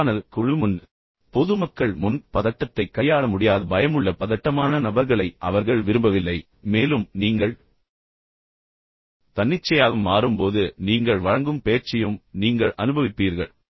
நேர்காணல் குழு முன் பொதுமக்கள் முன் பதட்டத்தைக் கையாள முடியாத பயமுள்ள பதட்டமான நபர்களை அவர்கள் விரும்பவில்லை மேலும் நீங்கள் தன்னிச்சையாக மாறும்போது நீங்கள் வழங்கும் பேச்சையும் நீங்கள் அனுபவிப்பீர்கள்